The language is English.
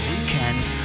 weekend